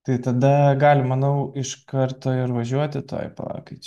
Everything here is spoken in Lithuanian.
tai tada galim manau iš karto ir važiuoti tuoj palaukit čia